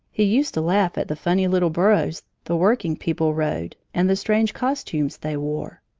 he used to laugh at the funny little burros the working people rode and the strange costumes they wore.